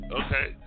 okay